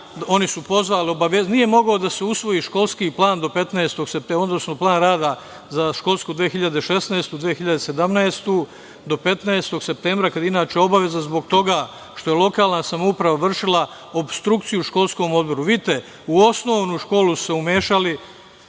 oni pozvali, obavestili. Nije mogao da se usvoji školski plan do 15. septembra, odnosno plan rada za školsku 2016/2017. godinu do 15. septembra kada inače obaveza zbog toga što je lokalna samouprava vršila opstrukciju školskom odboru. Vidite, u osnovnu školu su se umešali